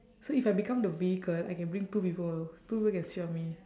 so if I become the vehicle I can bring two people two people can sit on me